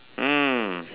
hmm